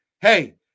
Hey